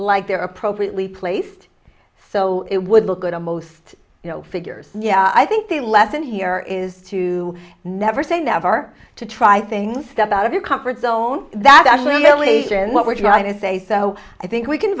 like they're appropriately placed so it would look good almost you know figures yeah i think the lesson here is to never say never to try things out of your comfort zone that actually really what we're trying to say so i think we can